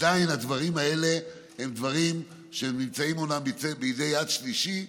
עדיין הדברים האלה הם דברים שנמצאים אומנם בידי צד שלישי,